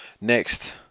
Next